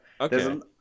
Okay